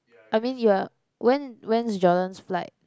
I mean you're when when's Jordan's flight